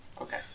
Okay